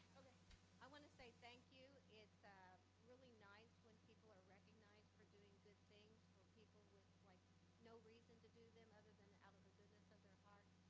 i want to say thank you. it's really nice when people are recognized for doing good things, or people with like no reason to do them other than out of the goodness of their heart,